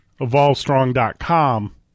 Evolvestrong.com